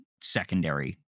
secondary